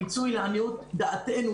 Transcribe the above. הפיצוי לעניות דעתנו,